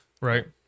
Right